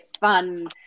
fun